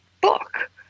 book